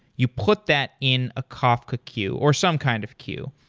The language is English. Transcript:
you put that in a kafka queue, or some kind of queue,